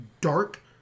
dark